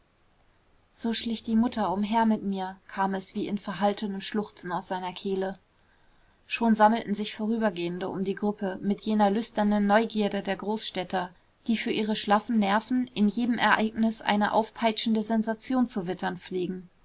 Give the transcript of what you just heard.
so schlich die mutter umher mit mir kam es wie in verhaltenem schluchzen aus seiner kehle schon sammelten sich vorübergehende um die gruppe mit jener lüsternen neugierde der großstädter die für ihre schlaffen nerven in jedem ereignis eine aufpeitschende sensation zu wittern pflegen